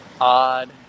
odd